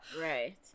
right